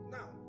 Now